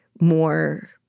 more